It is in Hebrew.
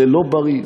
זה לא בריא,